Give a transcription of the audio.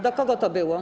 Do kogo to było?